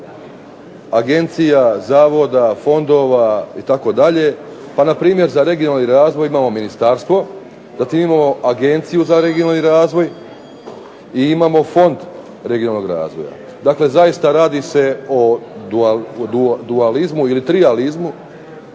agencija, zavoda, fondova itd. Pa na primjer za regionalni razvoj imamo ministarstvo, zatim imamo Agenciju za regionalni razvoj i imamo Fond regionalnog razvoja. Dakle, zaista radi se o dualizmu ili trijalizmu